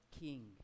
King